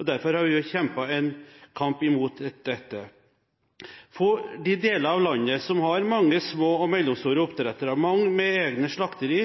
og derfor har vi kjempet en kamp mot dette. For de deler av landet som har mange små og mellomstore oppdrettere, mange med egne slakteri,